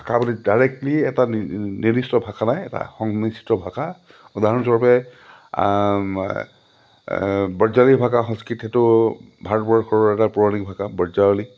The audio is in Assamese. ভাষা বুলি ডাইৰেক্টলি এটা নিৰ্দিষ্ট ভাষা নাই এটা সংমিশ্ৰত ভাষা উদাহৰণস্বৰূপে ব্ৰজাৱলী ভাষা সংস্কৃত সেইটো ভাৰতবৰ্ষৰৰ এটা পৌৰাণিক ভাষা ব্ৰজাৱলী